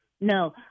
No